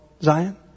Zion